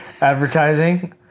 advertising